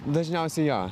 dažniausiai jo